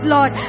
Lord